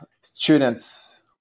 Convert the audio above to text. students